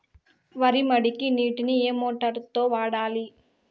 వరి మడికి నీటిని ఏ మోటారు తో వాడాలి?